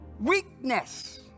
weakness